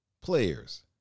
players